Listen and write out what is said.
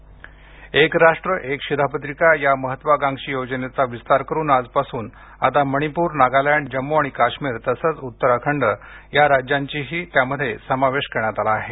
शिधापत्रिका एक राष्ट्र एक शिधापत्रिका या महत्त्वाकांक्षी योजनेचा विस्तार करून आजपासून आता मणीपूर नागालँड जम्मू आणि काश्मीर तसंच उत्तराखंड या राज्यांचाही त्यामध्ये समावेश झाला आहे